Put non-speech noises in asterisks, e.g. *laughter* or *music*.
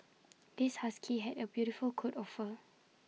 *noise* this husky had A beautiful coat of fur